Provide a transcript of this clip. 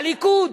הליכוד.